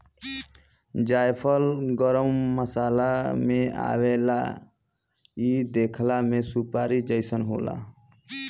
जायफल गरम मसाला में आवेला इ देखला में सुपारी जइसन होला